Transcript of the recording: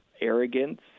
arrogance